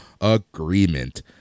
agreement